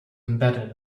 embedded